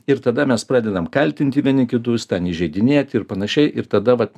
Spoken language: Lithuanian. ir tada mes pradedam kaltinti vieni kitus ten įžeidinėti ir panašiai ir tada vat